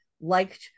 liked